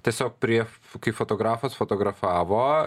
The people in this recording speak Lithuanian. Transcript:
tiesiog prie kai fotografas fotografavo